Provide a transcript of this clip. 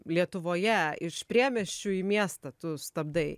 lietuvoje iš priemiesčių į miestą tu stabdai